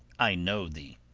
i know thee.